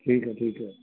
ਠੀਕ ਹੈ ਠੀਕ ਹੈ